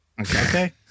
Okay